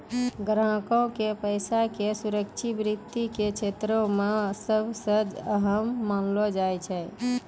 ग्राहको के पैसा के सुरक्षा वित्त के क्षेत्रो मे सभ से अहम मानलो जाय छै